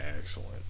Excellent